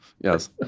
Yes